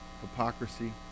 hypocrisy